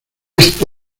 este